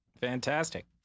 Fantastic